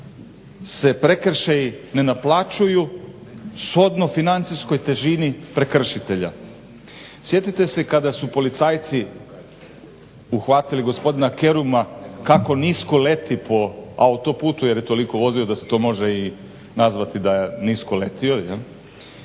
se prekršaji ne naplaćuju shodno financijskoj težini prekršitelja. Sjetite se kada su policajci uhvatili gospodina Keruma kako nisko leti po autoputu, jer je toliko vozio da se to može i nazvati da je nisko letio, tad je izvadio